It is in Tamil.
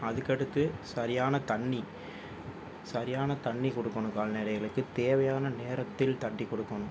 அதுக்கு அடுத்து சரியான தண்ணி சரியான தண்ணி கொடுக்கணும் கால்நடைகளுக்கு தேவையான நேரத்தில் தண்ணி கொடுக்கணும்